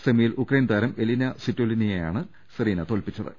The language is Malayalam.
സെമിയിൽ ഉക്രൈൻതാരം എലിന സ്വിറ്റോലിന യെയാണ് സെറീന തോൽപ്പിച്ചത്